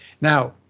Now